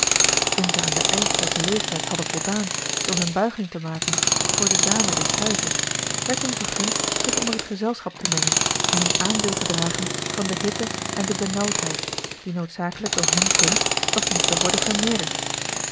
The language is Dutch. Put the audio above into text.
zij aan den eisch der beleefdheid hadden voldaan door hun buiging te maken voor de dame des huizes werd hun vergund zich onder het gezelschap te mengen en hun aandeel te dragen van de hitte en de benauwdheid die noodzakelijk door hunne komst nog moesten worden vermeerderd